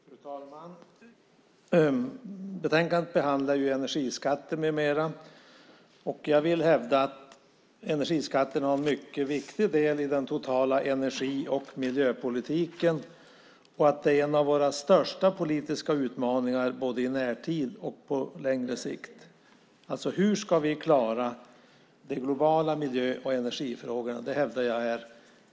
Fru talman! I betänkandet behandlas energiskatter med mera. Jag vill hävda att energiskatterna utgör en mycket viktig del av den totala energi och miljöpolitiken och att en av våra största politiska utmaningar både i närtid och på längre sikt är hur vi ska klara de globala miljö och energifrågorna.